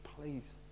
please